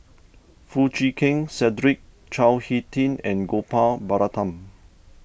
Foo Chee Keng Cedric Chao Hick Tin and Gopal Baratham